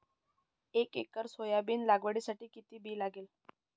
एक acre soybean लागवडीसाठी किती बी लागेल?